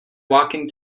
walking